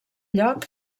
lloc